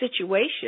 situation